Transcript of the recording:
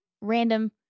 random